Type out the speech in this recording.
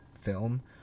film